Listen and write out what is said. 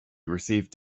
received